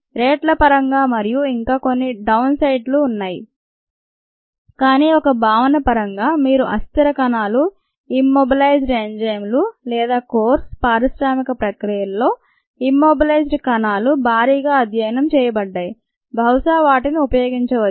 రేట్ల పరంగా మరియు ఇంకా కొన్ని డౌన్ సైడ్లు ఉన్నాయి కానీ ఒక భావన పరంగా మీరు అస్థిర కణాలు ఇమ్మొబిలైజ్డ్ ఎంజైమ్లు లేదా కోర్సు పారిశ్రామిక ప్రక్రియలలో ఇమ్మొబిలైజ్డ్ కణాలు భారీగా అధ్యయనం చేయబడ్డాయి బహుశా వాటిని ఉపయోగించవచ్చు